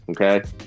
Okay